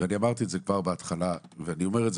אמרתי את זה כבר בהתחלה ואני אומר את זה